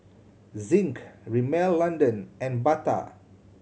Zinc Rimmel London and Bata